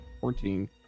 Fourteen